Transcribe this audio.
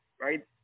right